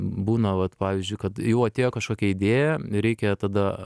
būna vat pavyzdžiui kad jau atėjo kažkokia idėja reikia tada